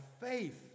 faith